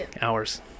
hours